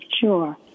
sure